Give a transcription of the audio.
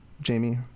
Jamie